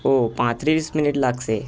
ઓ પાંત્રીસ મિનિટ લાગશે